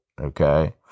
okay